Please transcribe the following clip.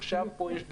עכשיו, פה יש דליפה.